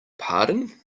pardon